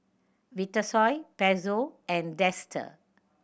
Vitasoy Pezzo and Dester